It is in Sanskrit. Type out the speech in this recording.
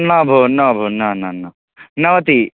न भो न भो न न न नवतिः